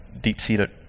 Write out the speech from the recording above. deep-seated